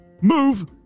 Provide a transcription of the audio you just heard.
move